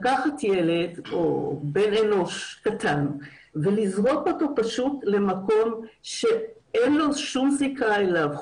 לקחת ילד או בן אנוש קטן ולזרוק אותו פשוט למקום שאין לו שום זיקה אליו,